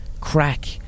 crack